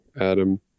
adam